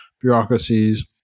bureaucracies